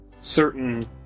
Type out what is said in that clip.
certain